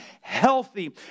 healthy